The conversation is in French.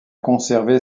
conservé